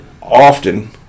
often